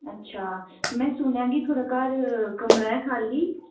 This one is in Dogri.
अच्छा में सुनेआ के थुहाड़े घर कमरा ऐ खाली